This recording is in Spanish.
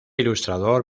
ilustrador